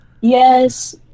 Yes